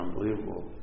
unbelievable